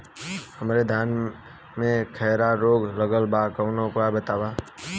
हमरे धान में खैरा रोग लगल बा कवनो उपाय बतावा?